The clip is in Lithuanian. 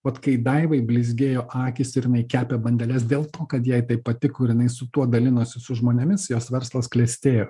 vat kai daivai blizgėjo akys ir jinai kepė bandeles dėl to kad jai tai patiko ir jinai su tuo dalinosi su žmonėmis jos verslas klestėjo